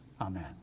amen